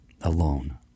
alone